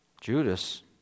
Judas